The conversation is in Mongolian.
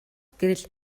гэрэл